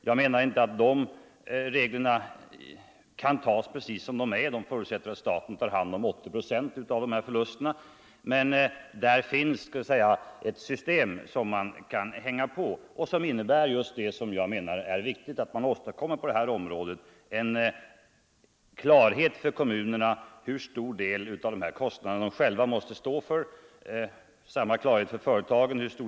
Jag menar inte att de reglerna kan tas precis som de var — de förutsatte att staten tar hand om 80 procent av de här förlusterna — men där finns ett system som man kan hänga på och som innebär just det som jag anser är viktigt att åstadkomma på det här området, nämligen klarhet för kommuner och företag om hur stor del av kostnaderna de själva måste stå för.